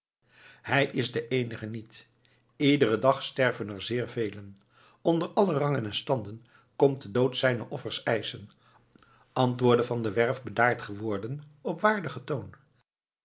hij is de eenige niet iederen dag sterven er zeer velen onder alle rangen en standen komt de dood zijne offers eischen antwoordde van der werff bedaard geworden op waardigen toon